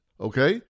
okay